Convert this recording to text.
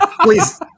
please